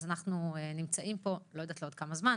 אנחנו נמצאים פה אני לא יודעת לעוד כמה זמן